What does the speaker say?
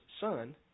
son